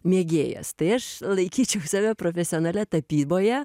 mėgėjas tai aš laikyčiau save profesionale tapyboje